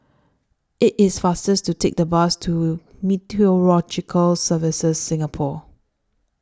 IT IS faster to Take The Bus to Meteorological Services Singapore